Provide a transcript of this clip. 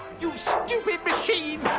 you stupid machine!